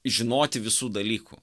žinoti visų dalykų